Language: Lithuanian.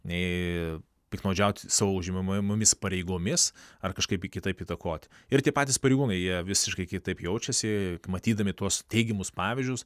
nei piktnaudžiauti savo užimamomis pareigomis ar kažkaip kitaip įtakoti ir tie patys pareigūnai jie visiškai kitaip jaučiasi matydami tuos teigiamus pavyzdžius